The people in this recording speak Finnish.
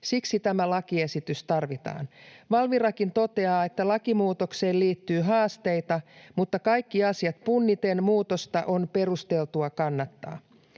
Siksi tämä lakiesitys tarvitaan. Valvirakin toteaa, että lakimuutokseen liittyy haasteita mutta kaikki asiat punniten muutosta on perusteltua kannattaa.